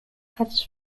ads